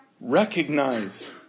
Recognize